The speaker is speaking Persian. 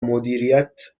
مدیریت